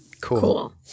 cool